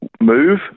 move